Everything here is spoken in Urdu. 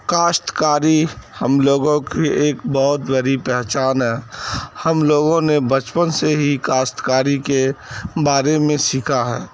کاشت کاری ہم لوگوں کی ایک بہت بری پہچان ہے ہم لوگوں نے بچپن سے ہی کاشت کاری کے بارے میں سیکھا ہے